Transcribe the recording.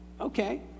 Okay